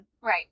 Right